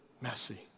messy